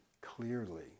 clearly